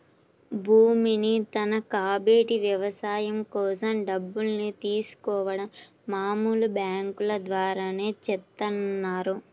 భూమిని తనఖాబెట్టి వ్యవసాయం కోసం డబ్బుల్ని తీసుకోడం మామూలు బ్యేంకుల ద్వారానే చేత్తన్నారు